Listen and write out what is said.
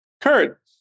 Kurt